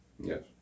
Yes